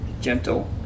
gentle